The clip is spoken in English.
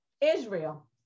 Israel